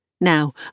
Now